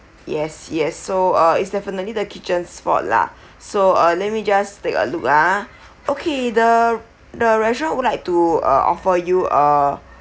yes yes so uh it's definitely the kitchen's fault lah so uh let me just take a look ah okay the the restaurant would like to uh offer you a